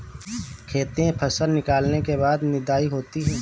खेती में फसल निकलने के बाद निदाई होती हैं?